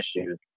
issues